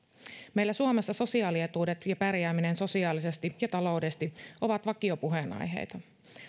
meillä suomessa sosiaalietuudet ja pärjääminen sosiaalisesti ja taloudellisesti ovat vakiopuheenaiheita